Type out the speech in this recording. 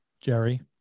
Jerry